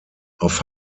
auf